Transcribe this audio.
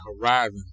horizon